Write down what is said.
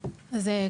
שכר.